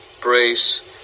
brace